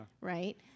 right